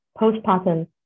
postpartum